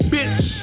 Bitch